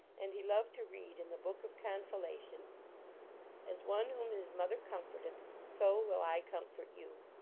and he loved to read in the book of consolation as one whom his mother comforteth, so will i comfort you.